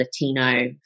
Latino